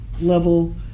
level